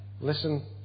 listen